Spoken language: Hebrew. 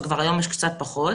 אז כבר היום יש קצת פחות.